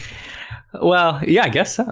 well, yeah, i guess so.